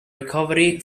recovery